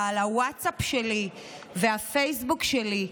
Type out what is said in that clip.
אבל הווטסאפ שלי והפייסבוק שלי,